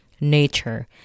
nature